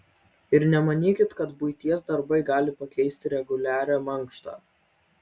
ir nemanykit kad buities darbai gali pakeisti reguliarią mankštą